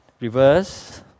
Reverse